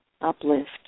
uplift